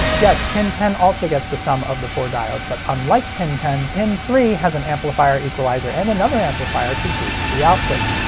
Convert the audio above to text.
yes pin ten also gets the sum of the four diodes, but unlike pin ten, pin three has an amplifier, equalizer, and another amplifier to boost the output.